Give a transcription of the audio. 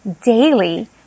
daily